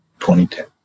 2010